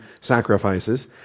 sacrifices